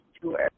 tour